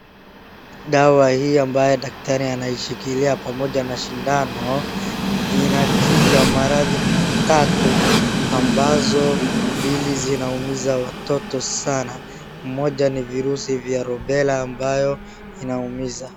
Dawa hii ambayo daktari anaishikilia pamoja na shindano inakinga maradhi matatu ambazo mbili zinaumiza watoto sana. Moja ni virusi vya Rubela ambayo inaumiza.